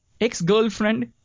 ex-girlfriend